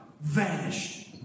vanished